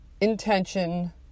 intention